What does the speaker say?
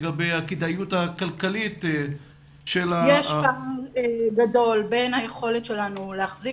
לגבי הכדאיות הכלכלית של ה --- יש פער גדול בין היכולת שלנו להחזיק